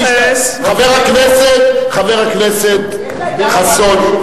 אני אתייחס, חבר הכנסת, חבר הכנסת חסון.